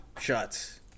shots